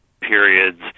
periods